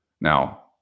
Now